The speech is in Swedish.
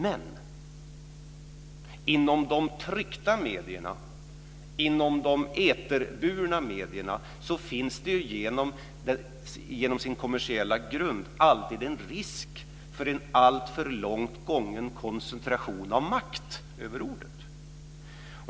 Men vad gäller de tryckta och de eterburna medierna finns det alltid en risk för en alltför långt gången koncentration av makt över ordet.